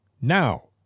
Now